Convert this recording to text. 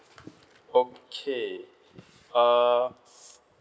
okay uh